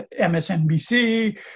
MSNBC